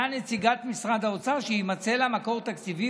נציגת משרד האוצר שיימצא לה מקור תקציבי,